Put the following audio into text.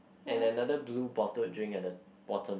and another blue bottled drink at the bottom